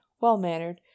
well-mannered